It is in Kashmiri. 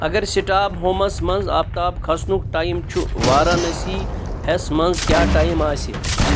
اگر سٹاک ہومس منز آفتاب کھسنُک ٹایم چھُ، وارانٔسی ہس منٛز کیٛاہ ٹایم آسہِ ؟